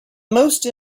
most